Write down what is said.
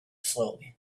slowly